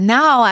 Now